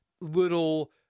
little